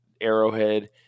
Arrowhead